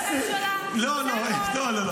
כי אין להם לוביסטים מספיק טובים בממשלה, זה הכול.